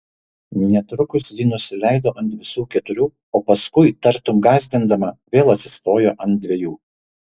netrukus ji nusileido ant visų keturių o paskui tartum gąsdindama vėl atsistojo ant dviejų